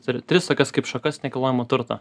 turi tris tokias kaip šakas nekilnojamo turto